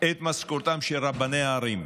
את משכורתם של רבני הערים,